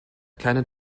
keine